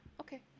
Okay